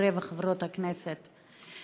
חברי וחברות הכנסת,